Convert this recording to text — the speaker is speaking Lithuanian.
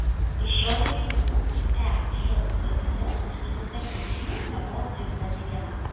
iš jo devynių į ežtt siųstų peticijų nebuvo priimta nė viena